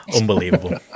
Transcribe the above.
Unbelievable